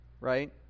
right